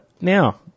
now